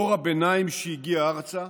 דור הביניים שהגיע ארצה